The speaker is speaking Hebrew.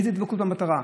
איזה דבקות במטרה,